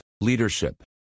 leadership